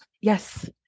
Yes